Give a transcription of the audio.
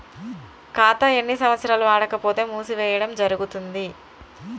ఖాతా ఎన్ని సంవత్సరాలు వాడకపోతే మూసివేయడం జరుగుతుంది?